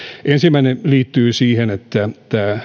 ensimmäinen liittyy siihen että